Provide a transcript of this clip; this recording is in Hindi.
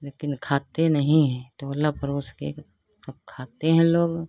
लेकिन खाते नहीं है टोला परोस के सब खाते हैं लोग